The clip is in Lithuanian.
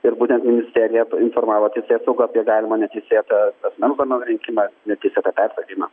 ir būtent ministerija informavo teisėsaugą apie galimą neteisėtą asmens duomenų rinkimą neteisėtą persekiojimą